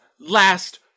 last